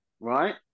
right